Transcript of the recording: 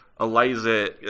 Eliza